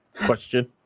question